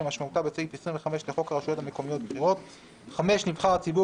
כמשמעותה בסעיף 25 לחוק הרשויות המקומיות (בחירות); (5)נבחר הציבור,